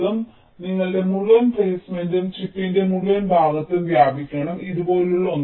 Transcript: അതിനാൽ നിങ്ങളുടെ മുഴുവൻ പ്ലെയ്സ്മെന്റും ചിപ്പിന്റെ മുഴുവൻ ഭാഗത്തും വ്യാപിക്കണം ഇതുപോലുള്ള ഒന്ന്